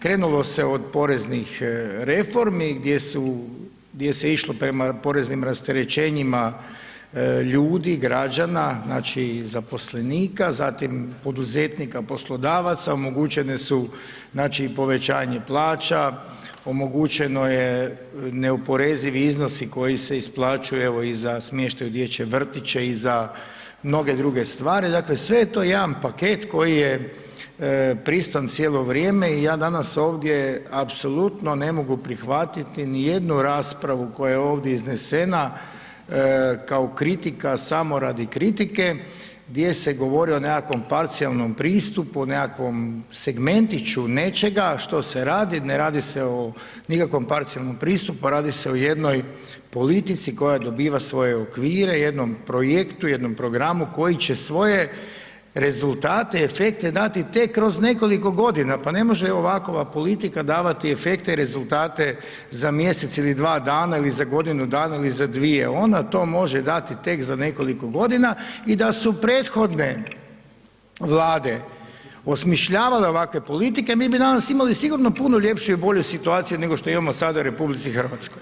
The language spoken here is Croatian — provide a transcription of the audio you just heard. Krenulo se od poreznih reformi gdje su, gdje se išlo prema poreznim rasterećenjima ljudi, građana, znači zaposlenika, zatim poduzetnika, poslodavaca, omogućene su znači povećanje plaća, omogućeno je neoporezivi iznosi koji se isplaćuju, evo i za smještaj u dječje vrtiće i za mnoge druge stvari, dakle sve je to jedan paket koji je prisutan cijelo vrijeme i ja danas ovdje apsolutno ne mogu prihvatiti nijednu raspravu koja je ovdje iznesena kao kritika samo radi kritike gdje se govori o nekakvom parcijalnom pristupu, nekakvom segmentiću nečega što se radi, ne radi se o nikakvom parcijalnom pristupu, radi se o jednoj politici koja dobiva svoje okvire, jednom projektu, jednom programu koji će svoje rezultate i efekte dati tek kroz nekoliko godina, pa ne može ovakova politika davati efekte i rezultate za mjesec ili dva dana ili za godinu dana ili za dvije, ona to može dati tek za nekoliko godina i da su prethodne Vlade osmišljavale ovakve politike mi bi danas imali sigurno puno ljepšu i bolju situaciju nego što imamo sada u RH.